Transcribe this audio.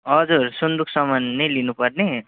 हजुर सुन्दुकसम्म नै ल्याउनु पर्ने